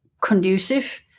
conducive